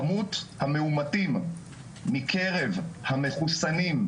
כמות המאומתים מקרב המחוסנים,